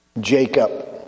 Jacob